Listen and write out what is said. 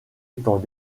étant